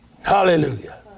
hallelujah